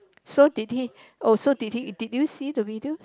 so did he oh so did he did you see the videos